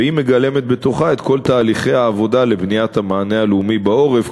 והיא מגלמת בתוכה את כל תהליכי העבודה לבניית המענה הלאומי בעורף.